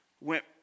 went